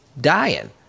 dying